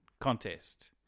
contest